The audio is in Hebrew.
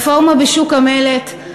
רפורמה בשוק המלט,